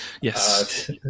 Yes